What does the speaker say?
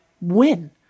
win